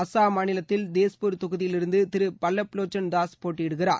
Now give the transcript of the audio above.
அசாம் மாநிலத்தில் தேஸ்பூர் தொகுதியிலிருந்து திரு பல்லப் வோச்சன் தாஸ் போட்டியிடுகிறார்